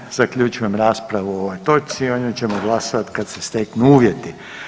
Time zaključujem raspravu o ovoj točci, o njoj ćemo glasat kad se steknu uvjeti.